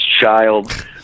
Child